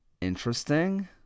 interesting